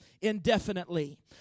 indefinitely